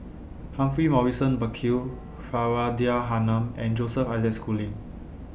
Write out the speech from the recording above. Humphrey Morrison Burkill Faridah Hanum and Joseph Isaac Schooling